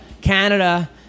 Canada